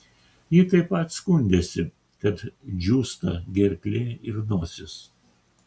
ji taip pat skundėsi kad džiūsta gerklė ir nosis